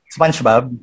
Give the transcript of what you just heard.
SpongeBob